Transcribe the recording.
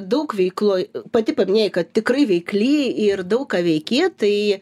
daug veikloj pati paminėjai kad tikrai veikli ir daug ką veiki tai